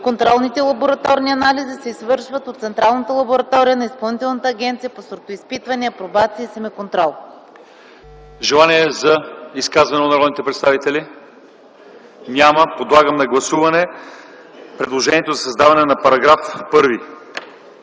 Контролните лабораторни анализи се извършват от Централната лаборатория на Изпълнителната агенция по сортоизпитване, апробация и семеконтрол”.” ПРЕДСЕДАТЕЛ ЛЪЧЕЗАР ИВАНОВ: Желания за изказване от народните представители? Няма. Подлагам на гласуване предложението за създаване на нов § 1.